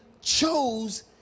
chose